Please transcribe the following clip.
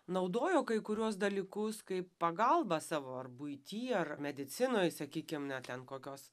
naudojo kai kuriuos dalykus kaip pagalbą savo ar buity ar medicinoj sakykim ne ten kokios